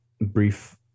brief